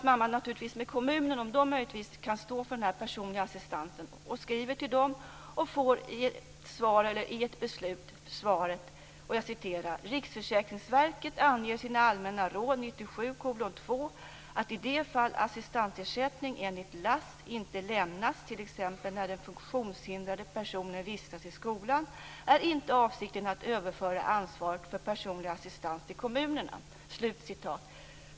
Mamman skrev till kommunen och frågade om kommunen möjligtvis kunde stå för den personliga assistansen, och hon fick i ett beslut svaret: Riksförsäkringsverket anger i sina Allmänna råd 1997:2 att i de fall assistansersättning enligt LAS inte lämnas, t.ex. när den funktionshindrade personen vistas i skolan, är inte avsikten att överföra ansvaret för personlig assistans till kommunerna.